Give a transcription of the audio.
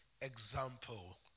Example